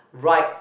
ride